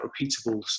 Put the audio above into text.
repeatable